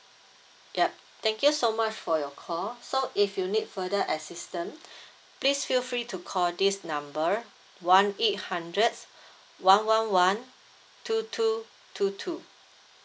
yup thank you so much for your call so if you need further assistant please feel free to call this number one eight hundred one one one two two two two